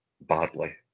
badly